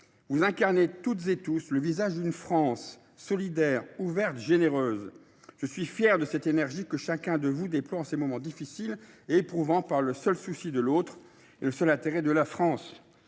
Vous incarnez toutes et tous le visage d’une France solidaire, ouverte, généreuse, […] et je suis fier de cette énergie que chacun de vous déploie en ces moments difficiles et éprouvants, par le seul souci de l’autre et le seul intérêt de la France.